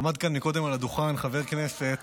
עמד כאן קודם על הדוכן חבר כנסת